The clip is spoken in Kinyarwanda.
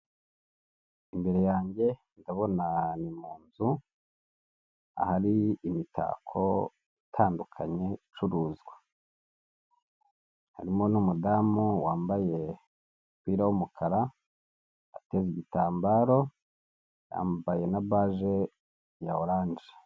Imbere yange ndabona ni mu nzu ahari imitako itandukanye icuruzwa, harimo n'umudamu wambaye umupira w'umukara, ateze igitambaro, yambaye na baje ya oranje.